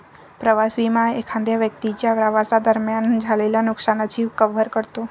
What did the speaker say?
प्रवास विमा एखाद्या व्यक्तीच्या प्रवासादरम्यान झालेल्या नुकसानाची कव्हर करतो